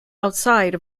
outside